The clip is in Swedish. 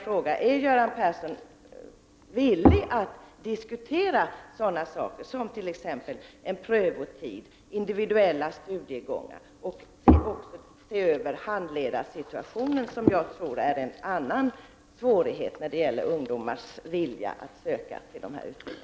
Är Göran Persson villig att diskutera sådana saker som t.ex. en prövotid och individuella studiegångar samt att se över handledarsituationen, som jag tror är en annan svårighet när det gäller ungdomars vilja att söka till dessa utbildningar?